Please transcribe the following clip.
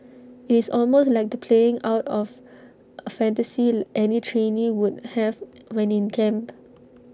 IT is almost like the playing out of A fantasy any trainee would have when in camp